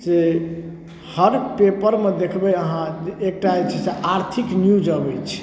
जे हर पेपरमे देखबै अहाँ एकटा जे छै से आर्थिक न्यूज अबै छै